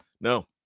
No